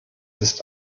ist